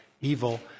evil